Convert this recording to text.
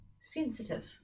sensitive